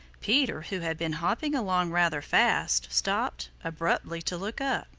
peter, who had been hopping along rather fast, stopped abruptly to look up.